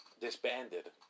disbanded